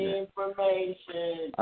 information